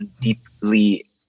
deeply